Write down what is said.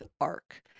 arc